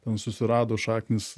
ten susirado šaknys